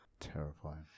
terrifying